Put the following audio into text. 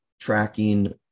tracking